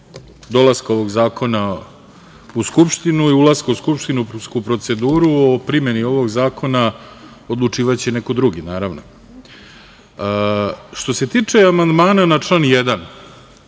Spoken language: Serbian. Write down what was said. dolaska ovog zakona u Skupštinu i ulaska u skupštinsku proceduru. O primeni ovog zakona odlučivaće neko drugi. Što se tiče amandmana na član 1.